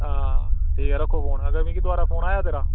हां ठीक ऐ रक्खो फोन अगर मिकी दोबारा फोन आया तेरा